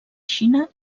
xina